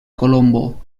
colombo